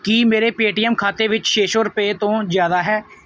ਕੀ ਮੇਰੇ ਪੇਟੀਐੱਮ ਖਾਤੇ ਵਿੱਚ ਛੇ ਸੌ ਰੁਪਏ ਤੋਂ ਜ਼ਿਆਦਾ ਹੈ